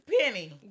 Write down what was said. penny